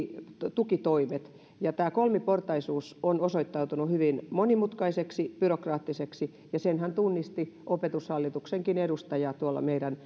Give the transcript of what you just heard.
tukitoimet tämä kolmiportaisuus on osoittautunut hyvin monimutkaiseksi ja byrokraattiseksi ja senhän tunnisti opetushallituksenkin edustaja tuolla meidän